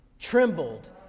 trembled